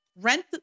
Rent